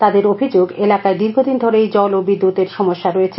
তাদের অভিযোগ এলাকায় দীর্ঘদিন ধরেই জল ও বিদ্যুৎ এর সমস্যা রয়েছে